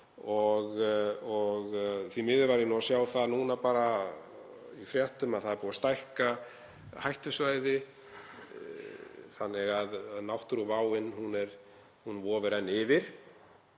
Því miður var ég að sjá það núna í fréttum að það er búið að stækka hættusvæðið þannig að náttúruváin vofir enn yfir.